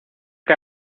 que